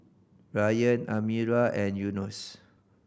Ryan Amirah and Yunos